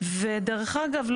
ודרך אגב,